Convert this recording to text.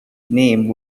name